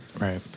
right